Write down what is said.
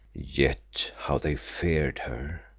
yet how they feared her!